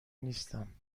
نیستم